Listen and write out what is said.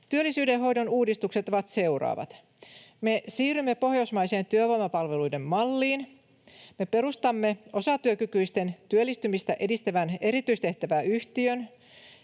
Työllisyydenhoidon uudistukset ovat seuraavat: me siirrymme pohjoismaiseen työvoimapalveluiden malliin, me perustamme osatyökykyisten työllistymistä edistävän erityistehtäväyhtiön,